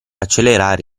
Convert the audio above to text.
accelerare